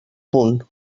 punt